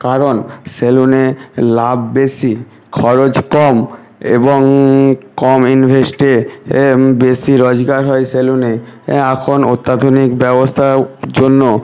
কারণ সেলুনে লাভ বেশি খরচ কম এবং কম ইনভেস্টে বেশি রোজগার হয় সেলুনে এখন অত্যাধুনিক ব্যবস্থার জন্য